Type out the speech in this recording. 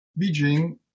Beijing